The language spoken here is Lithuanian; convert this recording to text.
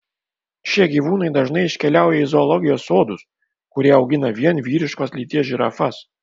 šie gyvūnai dažnai iškeliauja į zoologijos sodus kurie augina vien vyriškos lyties žirafas